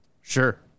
Sure